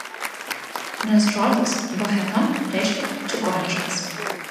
nes žodis bohema reiškia čigoniškas